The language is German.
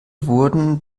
wurden